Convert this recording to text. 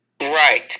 Right